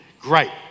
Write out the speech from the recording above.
Great